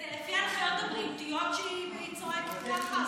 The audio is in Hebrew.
זה לפי ההנחיות הבריאותיות שהיא צועקת ככה?